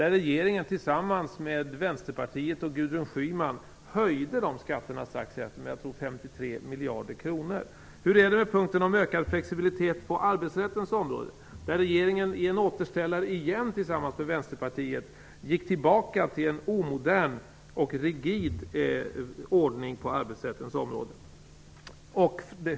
Regeringen höjde, tillsammans med Vänsterpartiet och Gudrun Schyman, de skatterna med jag tror det var 53 miljarder kronor strax efter att man träffat avtalet. Hur är det med punkten om ökad flexibilitet på arbetsrättens område? Regeringen gick i en återställare, på nytt tillsammans med Vänsterpartiet, tillbaka till en omodern och rigid ordning på arbetsrättens område.